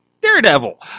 Daredevil